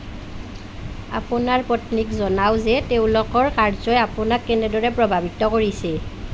আপোনাৰ পত্নীক জনাওক যে তেওঁলোকৰ কাৰ্য্যই আপোনাক কেনেদৰে প্ৰভাৱিত কৰিছে